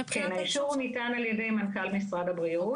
כן האישור ניתן על ידי מנכ"ל משרד הבריאות,